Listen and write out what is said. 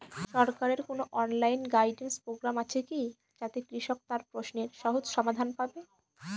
সরকারের কোনো online guidance programme আছে কি যাতে কৃষক তার প্রশ্নের সহজ সমাধান পাবে?